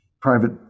private